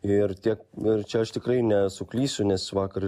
ir tiek ir čia aš tikrai nesuklysiu nes vakar